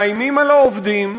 מאיימים על העובדים,